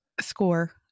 score